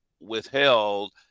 withheld